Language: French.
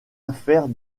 affaire